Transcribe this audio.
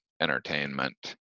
entertainment